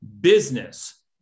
business